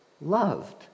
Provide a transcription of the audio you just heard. loved